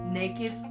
naked